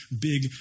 big